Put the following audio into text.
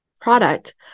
product